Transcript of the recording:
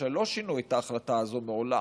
לא שינו את ההחלטה הזאת מעולם?